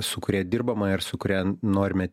su kuria dirbama ir su kuria norime